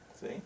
See